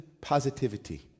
positivity